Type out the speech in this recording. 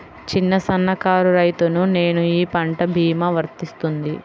చిన్న సన్న కారు రైతును నేను ఈ పంట భీమా వర్తిస్తుంది?